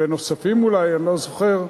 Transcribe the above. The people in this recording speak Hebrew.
ונוספים אולי, אני לא זוכר,